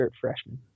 freshman